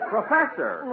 Professor